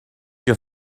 your